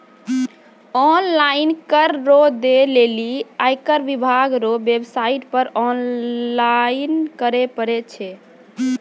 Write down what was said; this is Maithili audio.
ऑनलाइन कर रो दै लेली आयकर विभाग रो वेवसाईट पर लॉगइन करै परै छै